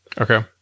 Okay